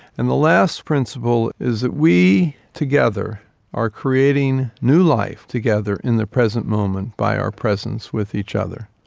and the last principle is that we together are creating new life together in the present moment by our presence with each other.